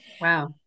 Wow